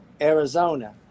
arizona